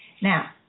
Now